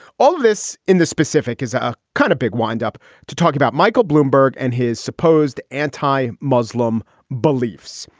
all of this in the specific is a kind of big windup to talk about michael bloomberg and his supposed and a i. muslim beliefs.